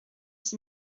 dix